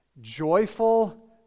joyful